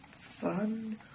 Fun